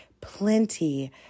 plenty